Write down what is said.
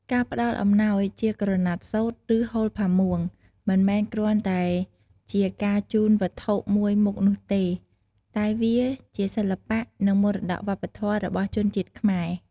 ការផ្តល់អំណោយជាក្រណាត់សូត្រ ឬហូលផាមួង មិនមែនគ្រាន់តែជាការជូនវត្ថុមួយមុខនោះទេ តែវាជាសិល្បៈ និងមរតកវប្បធម៌របស់ជនជាតិខ្មែរ។។